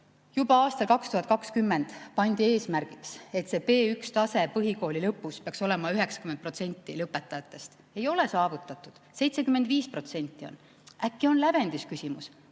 Juba aastal 2020 pandi eesmärgiks, et see B1‑tase põhikooli lõpus peaks olema 90%‑l lõpetajatest. Ei ole saavutatud. On 75%. Äkki on lävendis küsimus?